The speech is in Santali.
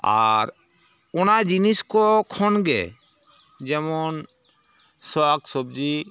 ᱟᱨ ᱚᱱᱟ ᱡᱤᱱᱤᱥ ᱠᱚ ᱠᱷᱚᱱ ᱜᱮ ᱡᱮᱢᱚᱱ ᱥᱟᱠ ᱥᱚᱵᱡᱤ